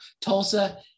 Tulsa